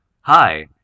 hi